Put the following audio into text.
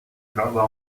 trova